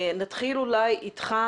נתחיל אולי איתך,